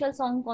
song